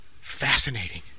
fascinating